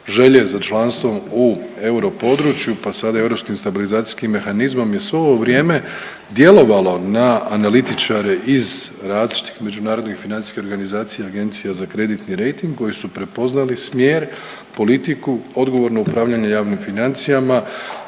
želje za članstvom u euro području, pa sada i u europskim stabilizacijskim mehanizmom je svo ovo vrijeme djelovalo na analitičare iz različitih međunarodnih financijskih organizacija, agencija za kreditni rejting koji su prepoznali smjer, politiku, odgovorno upravljanje javnim financijama,